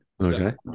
Okay